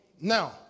now